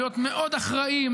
להיות מאוד אחראי,